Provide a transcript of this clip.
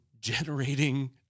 generating